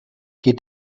geht